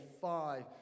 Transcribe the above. five